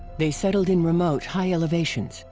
they settled in remote, high elevations.